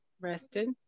Rested